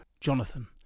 Jonathan